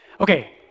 Okay